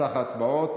חבר הכנסת אלכס קושניר,